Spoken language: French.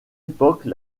époque